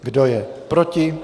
Kdo je proti?